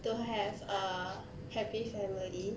to have a happy family